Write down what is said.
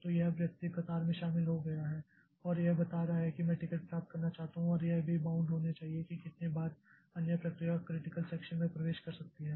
तो यह व्यक्ति कतार में शामिल हो गया है और यह बता रहा है कि मैं टिकट प्राप्त करना चाहता हूं और यह भी की बाउंड होनी चाहिए की कितने बार अन्य प्रक्रिया क्रिटिकल सेक्षन में प्रवेश कर सकती हैं